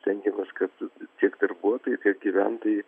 stengiamės kad tiek darbuotojai tiek gyventojai